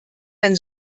denn